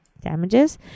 damages